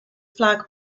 flag